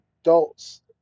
adults